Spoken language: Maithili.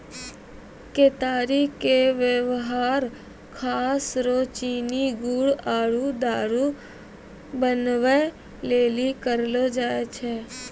केतारी के वेवहार खास रो चीनी गुड़ आरु दारु बनबै लेली करलो जाय छै